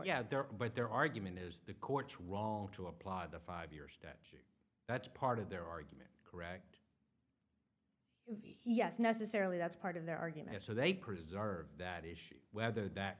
out there but their argument is the coach wrong to apply the five years that that's part of their argument correct yes necessarily that's part of their argument so they preserve that issue whether that